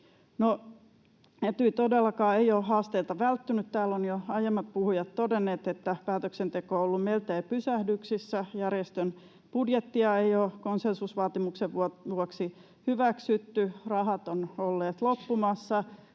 ei todellakaan ole haasteilta välttynyt. Täällä ovat jo aiemmat puhujat todenneet, että päätöksenteko on ollut miltei pysähdyksissä, järjestön budjettia ei ole konsensusvaatimuksen vuoksi hyväksytty, rahat ovat olleet loppumassa